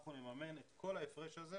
אנחנו נממן את כל ההפרש הזה